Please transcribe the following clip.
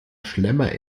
schlemmer